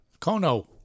Kono